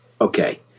okay